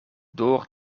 door